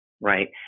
right